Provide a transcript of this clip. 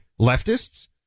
leftists